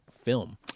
film